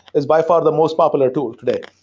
is by far the most popular tool today.